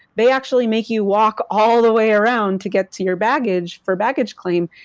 they actually make you walk, all the way around to get to your baggage for baggage claim,